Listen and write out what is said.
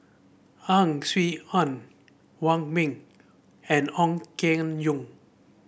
Ang Swee Aun Wong Ming and Ong Keng Yong